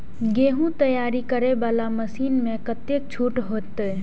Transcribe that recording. गेहूं तैयारी करे वाला मशीन में कतेक छूट होते?